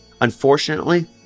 Unfortunately